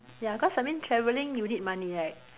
ya cause I mean travelling you need money right